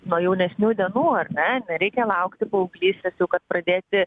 nuo jaunesnių dienų ar ne reikia laukti paauglystės jau kad pradėsi